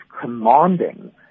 commanding